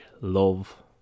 love